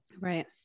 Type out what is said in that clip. right